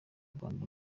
rwanda